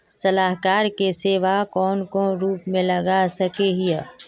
सलाहकार के सेवा कौन कौन रूप में ला सके हिये?